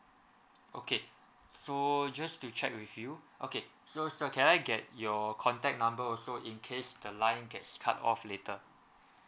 okay so just to check with you okay so so can I get your contact number also in case the line gets cut off later